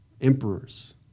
Emperors